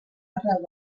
arreu